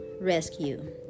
rescue